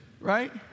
Right